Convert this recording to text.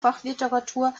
fachliteratur